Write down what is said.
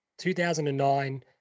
2009